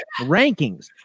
rankings